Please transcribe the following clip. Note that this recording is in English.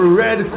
red